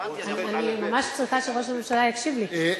אני ממש צריכה שראש הממשלה יקשיב לי.